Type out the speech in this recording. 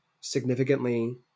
significantly